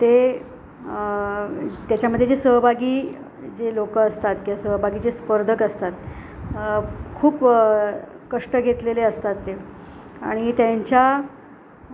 ते त्याच्यामध्ये जे सहभागी जे लोकं असतात किंवा सहभागी जे स्पर्धक असतात खूप कष्ट घेतलेले असतात ते आणि त्यांच्या